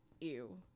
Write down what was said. ew